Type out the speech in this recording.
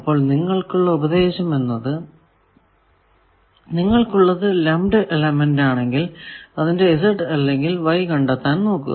അപ്പോൾ നിങ്ങൾക്കുള്ള ഉപദേശം എന്നത് നിങ്ങൾക്കുള്ളത് ലംബ്ഡ് എലമെന്റ് ആണെങ്കിൽ അതിന്റെ Z അല്ലെങ്കിൽ Y കണ്ടെത്താൻ നോക്കുക